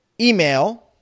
email